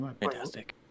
Fantastic